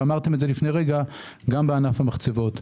ואמרתם את זה גם לפני רגע גם בענף המחצבות.